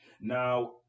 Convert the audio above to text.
now